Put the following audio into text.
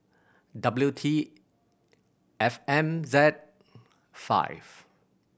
W T F M Z five